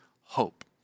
hope